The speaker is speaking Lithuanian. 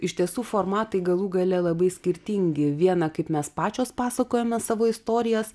iš tiesų formatai galų gale labai skirtingi viena kaip mes pačios pasakojame savo istorijas